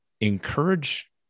encourage